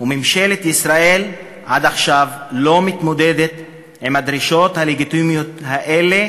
וממשלת ישראל עד עכשיו לא מתמודדת עם הדרישות הלגיטימיות האלה